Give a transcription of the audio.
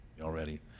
Already